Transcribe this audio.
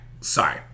sorry